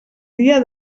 dia